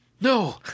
No